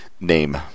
name